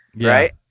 right